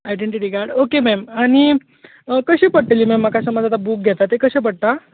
identity card okay ma'am आनी कशीं पडटलीं मॅम म्हाका आतां बूक घेता ते कशें पडटा